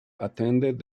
attended